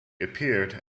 appeared